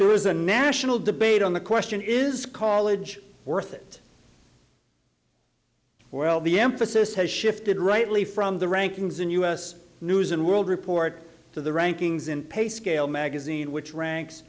a national debate on the question is college worth it well the emphasis has shifted rightly from the rankings in u s news and world report to the rankings in payscale magazine which ranks